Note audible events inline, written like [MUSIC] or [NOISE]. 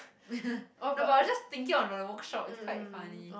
[LAUGHS] no but I just thinking of the workshop is quite funny